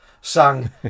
sung